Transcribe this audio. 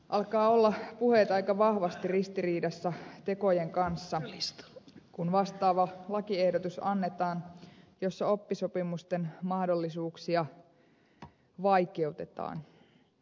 alkavat olla puheet aika vahvasti ristiriidassa tekojen kanssa kun vastaava lakiehdotus annetaan jossa oppisopimusten mahdollisuuksia vaikeutetaan